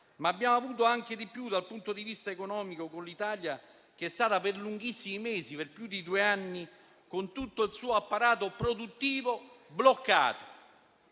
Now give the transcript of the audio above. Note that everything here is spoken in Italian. ma abbiamo subito anche di peggio dal punto di vista economico, con l'Italia bloccata per lunghissimi mesi, per più di due anni, con tutto il suo apparato produttivo.